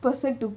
person to